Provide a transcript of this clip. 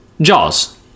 Jaws